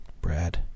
Brad